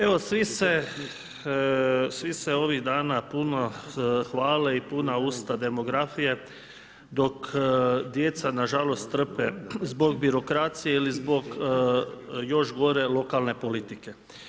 Evo, svi se ovih dana puno hvale i puna usta demografije, dok djeca na žalost trpe zbog birokracije ili zbog još gore, lokalne politike.